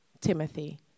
Timothy